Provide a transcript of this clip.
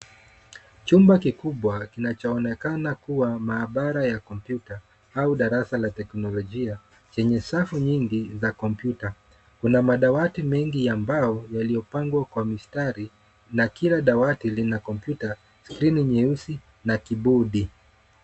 Chumba kikubwa kinachoonekana kua maabara ya kompyuta au darasa la teknolojia, chenye safu nyingi za kompyuta. Kuna madawati mengi ya mbao, yaliyopangwa kwa mistari, na kila dawati lina kompyuta, skirini nyeusi, na kibodi.